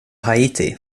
haiti